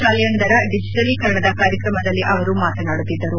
ಶಾಲೆಯೊಂದರ ಡಿಜೆಟಲೀಕರಣದ ಕಾರ್ಯಕ್ರಮದಲ್ಲಿ ಅವರು ಮಾತನಾಡುತ್ತಿದ್ದರು